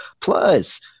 Plus